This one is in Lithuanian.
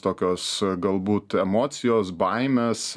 tokios galbūt emocijos baimės